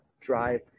drive